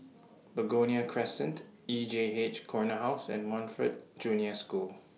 Begonia Crescent E J H Corner House and Montfort Junior School